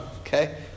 Okay